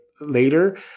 later